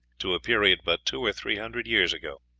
to a period but two or three hundred years ago.